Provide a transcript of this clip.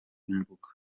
imbuga